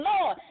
Lord